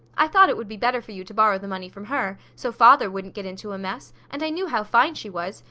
i thought it would be better for you to borrow the money from her, so father wouldn't get into a mess, and i knew how fine she was,